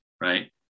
right